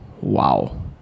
Wow